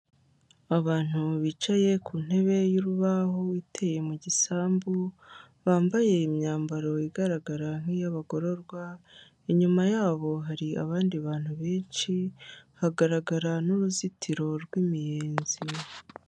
Abantu bicaye ku ntebe y'urubaho iteye mu gisambu, bambaye imyambaro igaragara nk'iy'abagororwa, inyuma yabo hari abandi bantu benshi, hagaragara n'uruzitiro rw'imiyenzi.